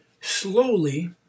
Slowly